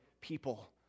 people